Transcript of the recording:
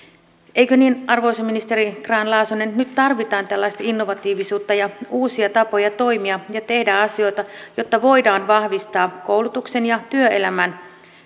eikö niin arvoisa ministeri grahn laasonen että nyt tarvitaan tällaista innovatiivisuutta ja uusia tapoja toimia ja tehdä asioita jotta voidaan vahvistaa koulutuksen ja työelämän